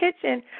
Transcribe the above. kitchen